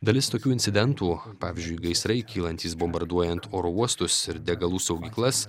dalis tokių incidentų pavyzdžiui gaisrai kylantys bombarduojant oro uostus ir degalų saugyklas